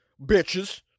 bitches